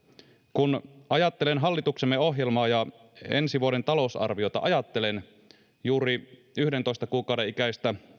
kun ajattelen hallituksemme ohjelmaa ja ensi vuoden talousarviota ajattelen juuri yhdentoista kuukauden ikäistä